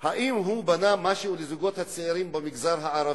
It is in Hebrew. האם הוא בנה משהו לזוגות הצעירים במגזר הערבי.